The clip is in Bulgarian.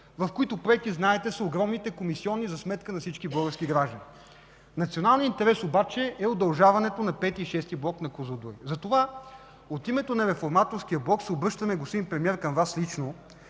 в които проекти, знаете, са огромните комисионни за сметка на всички български граждани. Националният интерес обаче е удължаването работата на V и VІ блок на „Козлодуй”, затова от името на Реформаторския блок се обръщаме, господин Премиер, към Вас лично